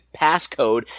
passcode